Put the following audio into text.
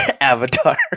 avatar